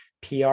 PR